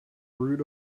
root